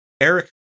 Eric